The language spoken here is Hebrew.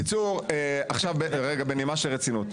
עכשיו רגע בנימה של רצינות.